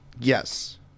Yes